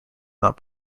not